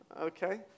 Okay